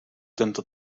tento